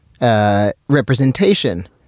representation